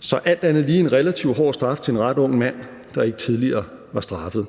Så alt andet lige var det en relativt hård straf til en ret ung mand, der ikke tidligere var straffet.